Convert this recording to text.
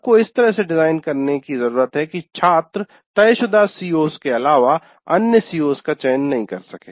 आपको इस तरह से डिजाइन करने की जरूरत है कि छात्र तयशुदा सीओ CO's के अलावा अन्य सीओ CO's का चयन नहीं कर सके